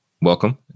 Welcome